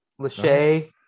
Lachey